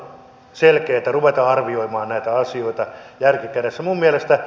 nyt on selkeätä ruveta arvioimaan näitä asioita järki kädessä